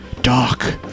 Doc